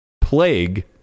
plague